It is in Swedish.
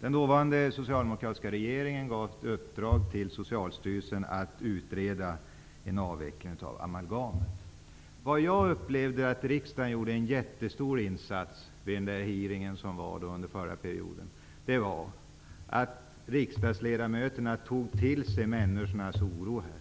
Den dåvarande socialdemokratiska regeringen gav ett uppdrag till Jag upplevde att riksdagen gjorde en jättestor insats vid den hearingen genom att riksdagsledamöterna tog till sig människornas oro. Fram